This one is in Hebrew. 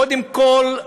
קודם כול,